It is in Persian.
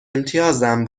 امتیازم